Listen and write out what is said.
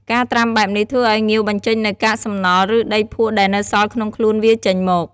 ការត្រាំបែបនេះ ធ្វើឱ្យងាវបញ្ចេញនូវកាកសំណល់ ឬដីភក់ដែលនៅសល់ក្នុងខ្លួនវាចេញមក។